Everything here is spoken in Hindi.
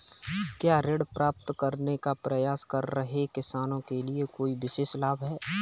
क्या ऋण प्राप्त करने का प्रयास कर रहे किसानों के लिए कोई विशेष लाभ हैं?